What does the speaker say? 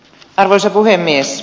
arvoisa puhemies